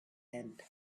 end